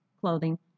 clothing